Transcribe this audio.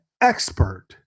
expert